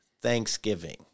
thanksgiving